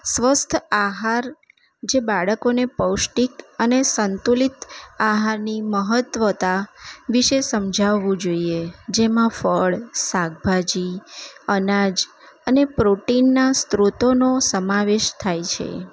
સ્વસ્થ આહાર જે બાળકોને પૌષ્ટિક અને સંતુલિત આહારની મહત્ત્વતા વિશે સમજાવવું જોઈએ જેમાં ફળ શાકભાજી અનાજ અને પ્રોટીનના સ્ત્રોતોનો સમાવેશ થાય છે